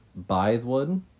Bythewood